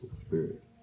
spirit